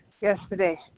yesterday